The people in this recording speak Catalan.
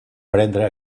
prendre